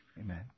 Amen